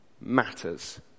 matters